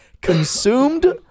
consumed